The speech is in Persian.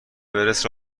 اورست